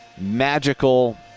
magical